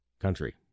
country